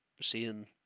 seeing